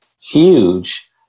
huge